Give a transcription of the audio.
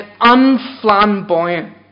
unflamboyant